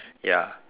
ya